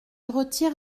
retire